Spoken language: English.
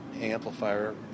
amplifier